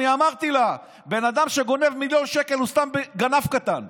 אני אמרתי לה: בן אדם שגונב מיליון שקל הוא סתם גנב קטן.